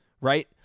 right